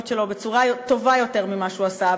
שלו בצורה טובה יותר ממה שהוא עשה,